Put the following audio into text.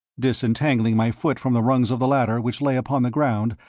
disentangling my foot from the rungs of the ladder which lay upon the ground,